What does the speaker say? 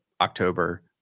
October